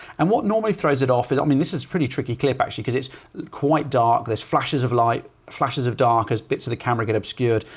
and what normally throws it off is, i mean, this is pretty tricky clip actually because it's quite dark, there's flashes of light, flashes of dark as bits of the camera get obscured.